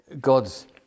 God's